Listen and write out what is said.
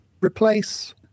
replace